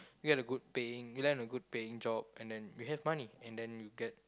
you get a good paying you land on a good paying job and then we have money and then we get